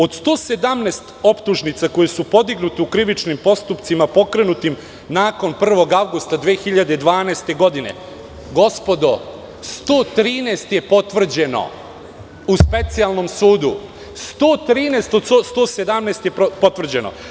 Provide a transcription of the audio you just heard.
Od 117 optužnica koje su podignute u krivičnim postupcima pokrenutim nakon 1. avgusta 2012. godine, gospodo 113 je potvrđeno u Specijalnom sudu, 113 od 117 je potvrđeno.